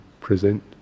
present